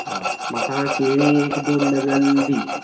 होय म्हाका केळीं एक दोन डजन दी